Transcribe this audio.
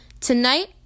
Tonight